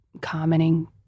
commenting